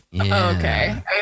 okay